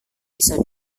bisa